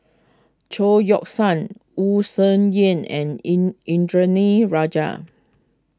Chao Yoke San Wu Tsai Yen and in Indranee Rajah